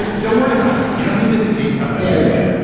but don't worry about it. you don't need to take something yeah